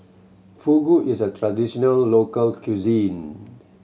fugu is a traditional local cuisine